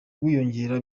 wiyongera